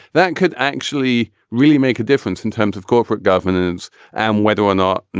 that could actually really make a difference in terms of corporate governance and whether or not, and